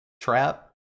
trap